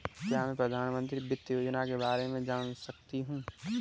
क्या मैं प्रधानमंत्री वित्त योजना के बारे में जान सकती हूँ?